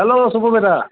hello